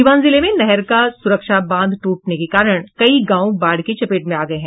सीवान जिले में नहर का सुरक्षा बांध टूटने के कारण कई गांव बाढ़ की चपेट में हैं